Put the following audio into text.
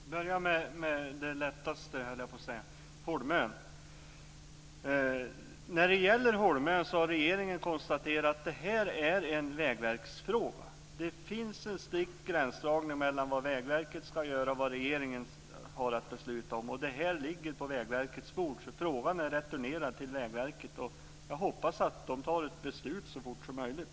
Fru talman! Jag börjar med det lättaste, höll jag på att säga, nämligen Holmön. Regeringen har konstaterat att det är en fråga för Vägverket. Det finns en strikt gränsdragning mellan vad Vägverket ska göra och vad regeringen har att besluta om, och detta ligger på Vägverkets bord. Frågan är returnerad till Vägverket. Jag hoppas att det fattar ett beslut så fort som möjligt.